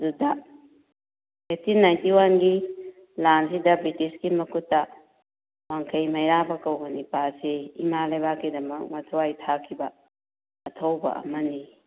ꯑꯗꯨꯗ eighteen ninety ꯋꯥꯟꯒꯤ ꯂꯥꯟꯁꯤꯗ ꯕ꯭ꯔꯤꯇꯤꯁꯀꯤ ꯃꯈꯨꯠꯇ ꯋꯥꯡꯈꯩ ꯃꯩꯔꯥꯕ ꯀꯧꯕ ꯅꯤꯄꯥ ꯑꯁꯤ ꯏꯃꯥ ꯂꯩꯕꯥꯛꯀꯤꯗꯃꯛ ꯃꯊꯋꯥꯏ ꯊꯥꯈꯤꯕ ꯑꯊꯧꯕ ꯑꯃꯅꯤ